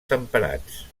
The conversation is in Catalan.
temperats